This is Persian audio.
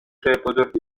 بزرگی